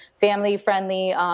family-friendly